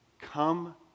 come